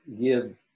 give